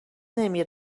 نمی